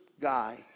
guy